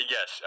Yes